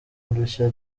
udushya